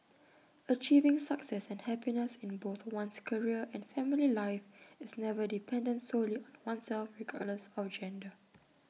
achieving success and happiness in both one's career and family life is never dependent solely on oneself regardless of gender